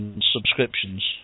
subscriptions